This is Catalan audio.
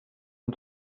amb